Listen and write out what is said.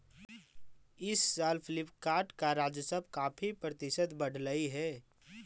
इस साल फ्लिपकार्ट का राजस्व काफी प्रतिशत बढ़लई हे